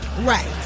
Right